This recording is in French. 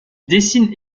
dessine